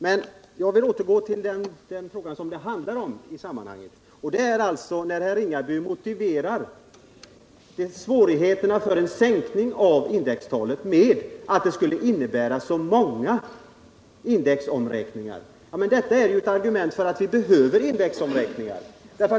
Men jag vill återgå till den fråga som det handlar om i sammanhanget. Herr Ringaby motiverar svårigheterna att sänka indextalet med att det skulle medföra så många indexomräkningar. Men detta är ju ett argument för att vi behöver indexomräkningar!